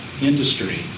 industry